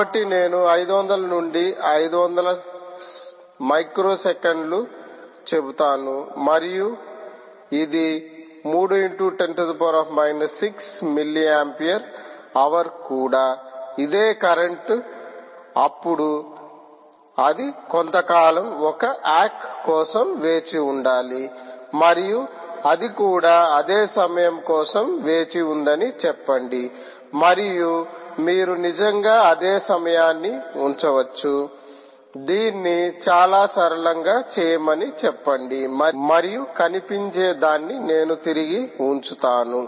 కాబట్టి నేను 500 లేదా 500 మైక్రోసెకన్లు చెబుతాను మరియు ఇది 3 × 10−6 మిల్లీ ఆంపియర్ హవర్ కూడా ఇదే కరెంట్ అప్పుడు అది కొంతకాలం ఒక అక్ కోసం వేచి ఉండాలి మరియు అది కూడా అదే సమయం కోసం వేచి ఉందని చెప్పండి మరియు మీరు నిజంగా అదే సమయాన్ని ఉంచవచ్చు దీన్ని చాలా సరళంగా చేయమని చెప్పండి మరియు కనిపించేదాన్ని నేను తిరిగి ఉంచుతాను